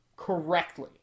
correctly